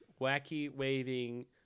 Wacky-waving